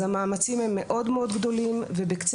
אז המאמצים הם מאוד מאוד גדולים ובקצה